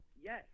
Yes